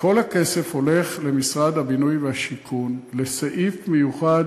כל הכסף הולך למשרד הבינוי והשיכון לסעיף מיוחד,